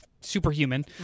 superhuman